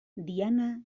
diana